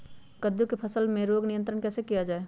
कददु की फसल में रोग नियंत्रण कैसे किया जाए?